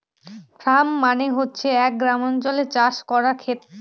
farm মানে হচ্ছে এক গ্রামাঞ্চলে চাষ করার খেত